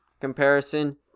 comparison